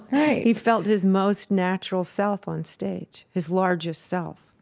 right he felt his most natural self on stage, his largest self